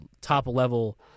top-level